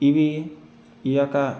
ఇవి ఈ యొక్క